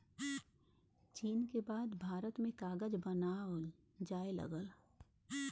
चीन क बाद भारत में कागज बनावल जाये लगल